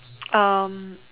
um